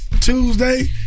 Tuesday